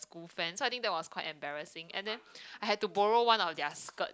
school fence so I think that was quite embarrassing and then I had to borrow one of their skirts